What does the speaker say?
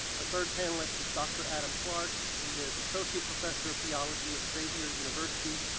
our third panelist is dr. adam clark. he is associate professor of theology at xavier university.